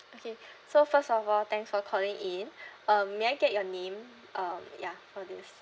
okay so first of all thanks for calling in um may I get your name uh ya for this